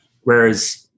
Whereas